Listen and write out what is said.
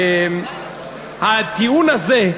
הטיעון הזה,